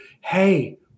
hey